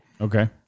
okay